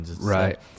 right